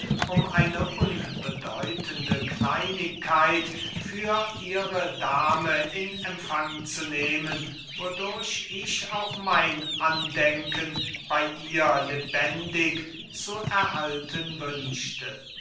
um eine unbedeutende kleinigkeit für ihre dame in empfang zu nehmen wodurch ich auch mein andenken bey ihr lebendig zu erhalten wünschte